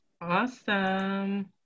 Awesome